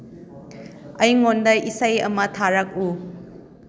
ꯑꯩꯉꯣꯟꯗ ꯏꯁꯩ ꯑꯃ ꯊꯥꯔꯛꯎ